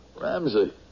Ramsey